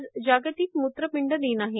आज जागतिक मुत्रपिंड दिन आहे